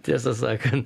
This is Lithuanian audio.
tiesą sakant